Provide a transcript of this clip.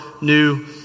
new